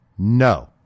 No